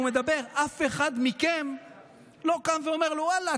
מדבר אף אחד מכם לא קם ואומר לו: ואללה,